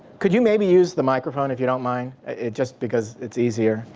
could you maybe use the microphone, if you don't mind. just because it's easier.